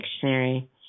dictionary